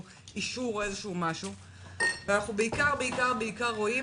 אישור; ואנחנו בעיקר בעיקר בעיקר רואים